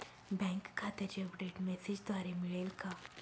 Bank खात्याचे update मेसेजद्वारे मिळेल का?